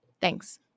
Thanks